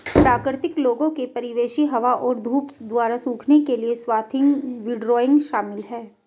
प्राकृतिक लोगों के परिवेशी हवा और धूप द्वारा सूखने के लिए स्वाथिंग विंडरोइंग शामिल है